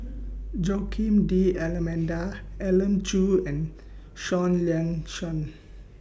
Joaquim D'almeida Elim Chew and Seah Liang Seah